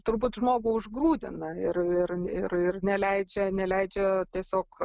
turbūt žmogų užgrūdina ir ir ir ir neleidžia neleidžia tiesiog